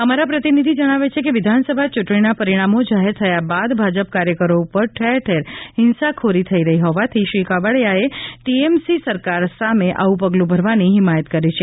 અમારા પ્રતિનિધિ જણાવે છે કે વિધાનસભા ચૂંટણીના પરિણામો જાહેર થયા બાદ ભાજપ કાર્યકરો ઉપર ઠેર ઠેર હિંસાખોરી થઈ રહી હોવાથી શ્રી કાવડિયાએ ટીએમસી સરકાર સામે આવું પગલું ભરવાની હિમાયત કરી છે